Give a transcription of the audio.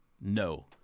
No